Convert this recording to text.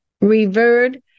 revered